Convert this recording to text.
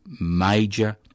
major